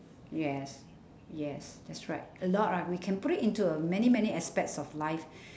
yes yes that's right a lot ah we can put it into uh many many aspects of life